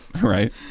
Right